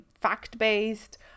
fact-based